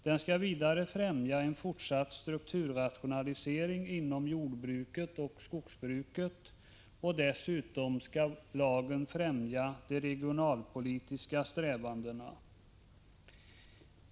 Den skall vidare främja en fortsatt strukturrationalisering inom jordbruket och skogsbruket. Dessutom skall lagen främja de regionalpolitiska strävandena.